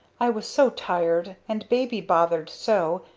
i was so tired, and baby bothered so,